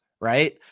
right